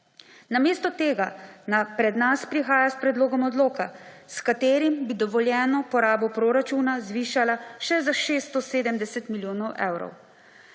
Namesto tega pred nas prihaja s predlogom odloka, s katerim bi dovoljeno porabo proračuna zvišala še za 670 milijonov evrov.